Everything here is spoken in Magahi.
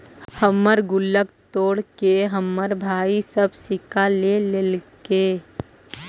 हमर गुल्लक तोड़के हमर भाई सब सिक्का ले लेलके